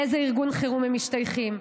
לאיזה ארגון חירום הם משתייכים,